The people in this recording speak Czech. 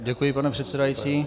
Děkuji, pane předsedající.